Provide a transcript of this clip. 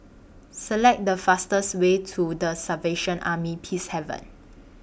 Select The fastest Way to The Salvation Army Peacehaven